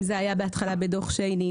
אם זה בתחילה בדוח שיינין,